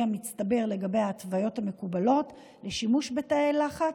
המצטבר לגבי ההתוויות המקובלות לשימוש בתאי לחץ,